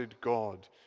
God